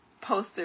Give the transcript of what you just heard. poster